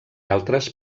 altres